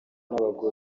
abagabo